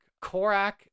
Korak